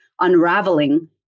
unraveling